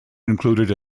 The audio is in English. included